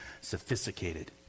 sophisticated